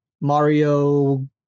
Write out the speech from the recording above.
mario